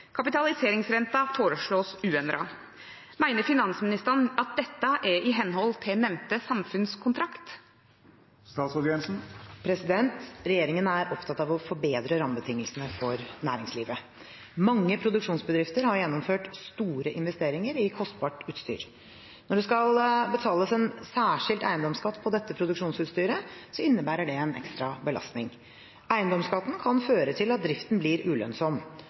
foreslås uendret. Er dette i henhold til nevnte samfunnskontrakt?» Regjeringen er opptatt av å forbedre rammebetingelsene for næringslivet. Mange produksjonsbedrifter har gjennomført store investeringer i kostbart utstyr. Når det skal betales en særskilt eiendomsskatt på dette produksjonsutstyret, innebærer det en ekstra belastning. Eiendomsskatten kan føre til at driften blir ulønnsom.